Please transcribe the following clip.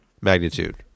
magnitude